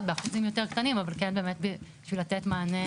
באחוזים יותר קטנים אבל כן בשביל לתת מענה.